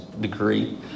degree